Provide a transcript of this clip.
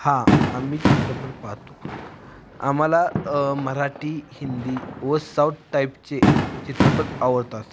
हा आम्ही चित्रपट पाहतो आम्हाला मराठी हिंदी व साऊथ टाईपचे चित्रपट आवडतात